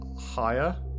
higher